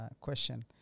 question